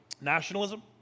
nationalism